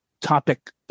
topic